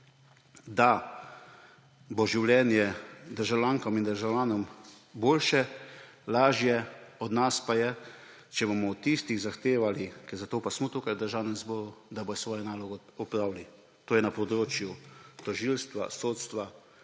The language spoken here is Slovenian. da bo življenje državljankam in državljanom boljše, lažje, od nas pa je, če bomo od tistih zahtevali, ker za to pa smo tukaj v Državnem zboru, da bodo svojo nalogo opravili na področju tožilstva, sodstva